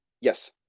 Yes